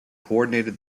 coordinated